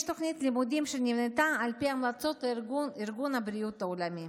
יש תוכנית לימודים שנבנתה על פי המלצות ארגון הבריאות העולמי,